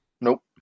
Nope